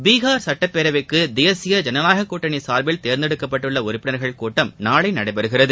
பீகார் சட்டப்பேரவைக்கு தேசிய ஜனநாயக கூட்டணி சார்பில் தேர்ந்தெடுக்கப்பட்டுள்ள உறுப்பினர்கள் கூட்டம் நாளை நடைபெறுகிறது